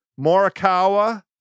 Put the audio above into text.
Morikawa